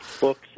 books